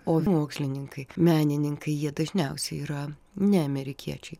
o mokslininkai menininkai jie dažniausiai yra ne amerikiečiai